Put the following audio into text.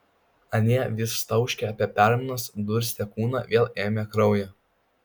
anie vis tauškė apie permainas durstė kūną vėl ėmė kraują